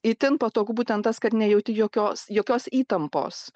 itin patogu būtent tas kad nejauti jokios jokios įtampos